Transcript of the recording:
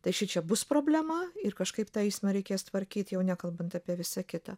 tai šičia bus problema ir kažkaip tą eismą reikės tvarkyt jau nekalbant apie visa kita